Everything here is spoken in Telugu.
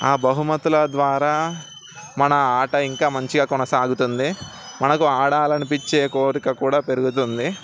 ఆ బహుమతుల ద్వారా మన ఆట ఇంకా మంచిగా కొనసాగుతుంది మనకు ఆడాలనిపించే కోరిక కూడా పెరుగుతుంది